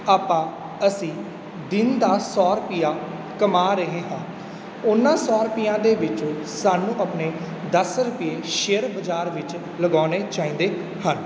ਆਪਾਂ ਅਸੀਂ ਦਿਨ ਦਾ ਸੌ ਰੁਪਈਆ ਕਮਾ ਰਹੇ ਹਾਂ ਉਨ੍ਹਾਂ ਸੌ ਰੁਪਈਆਂ ਦੇ ਵਿੱਚੋਂ ਸਾਨੂੰ ਆਪਣੇ ਦਸ ਰੁਪਈਏ ਸ਼ੇਅਰ ਬਜ਼ਾਰ ਵਿੱਚ ਲਗਾਉਣੇ ਚਾਹੀਦੇ ਹਨ